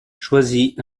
choisit